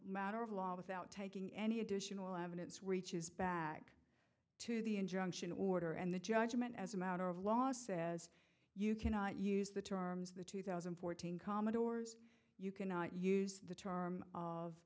matter of law without taking any additional evidence reaches back to the injunction order and the judgment as a matter of law says you cannot use the terms of the two thousand and fourteen commodores you cannot use the term of